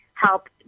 help